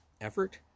effort